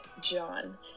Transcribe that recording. John